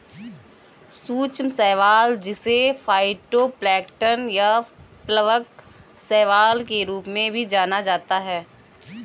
सूक्ष्म शैवाल जिसे फाइटोप्लैंक्टन या प्लवक शैवाल के रूप में भी जाना जाता है